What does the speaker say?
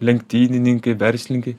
lenktynininkai verslininkai